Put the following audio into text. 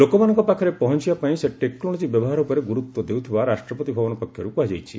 ଲୋକମାନଙ୍କ ପାଖରେ ପହଞ୍ଚ ବା ପାଇଁ ସେ ଟେକ୍ନୋଲୋକି ବ୍ୟବହାର ଉପରେ ଗୁରୁତ୍ୱ ଦେଉଥିବା ରାଷ୍ଟ୍ରପତି ଭବନ ପକ୍ଷରୁ କୁହାଯାଇଛି